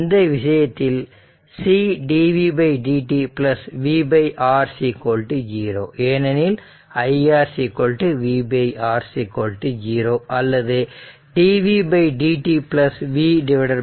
இந்த விஷயத்தில் C dv dt vR 0 ஏனெனில் iR vR 0 அல்லது dv dt vRC 0